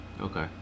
Okay